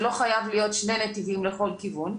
זה לא חייב להיות שני נתיבים לכל כיוון.